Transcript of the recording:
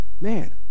man